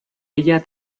ella